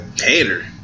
hater